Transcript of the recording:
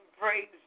praise